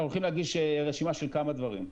אנחנו הולכים להגיש רשימה של כמה דברים: